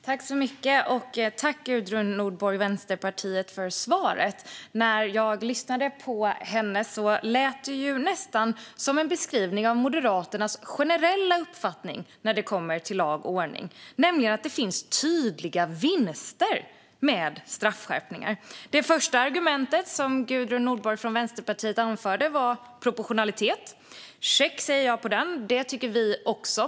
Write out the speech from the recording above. Fru talman! Jag tackar Gudrun Nordborg, Vänsterpartiet, för svaret! När jag lyssnade på henne lät det nästan som en beskrivning av Moderaternas generella uppfattning när det kommer till lag och ordning, nämligen att det finns tydliga vinster med straffskärpningar. Det första argument som Gudrun Nordborg från Vänsterpartiet anförde var proportionalitet. "Check", säger jag på den - det tycker vi också.